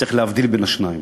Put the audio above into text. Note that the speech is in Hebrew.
צריך להבדיל בין השניים.